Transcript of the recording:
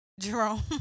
Jerome